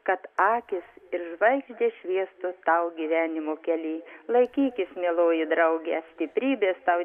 kad akys ir žvaigždės šviestų tau gyvenimo kely laikykis mieloji drauge stiprybės tau